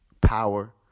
power